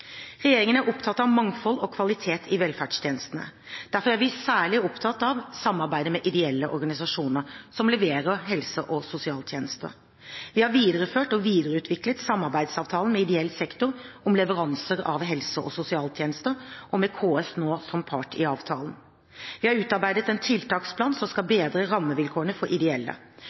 Regjeringen er opptatt av mangfold og kvalitet i velferdstjenestene. Derfor er vi særlig opptatt av samarbeidet med ideelle organisasjoner som leverer helse- og sosialtjenester. Vi har videreført og videreutviklet samarbeidsavtalen med ideell sektor om leveranser av helse- og sosialtjenester, og med KS som part i avtalen. Vi har utarbeidet en tiltaksplan som skal bedre rammevilkårene for ideelle.